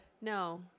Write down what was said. No